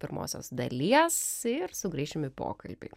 pirmosios dalies ir sugrįšim į pokalbį